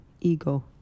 ego